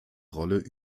rolle